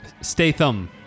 Statham